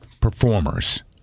performers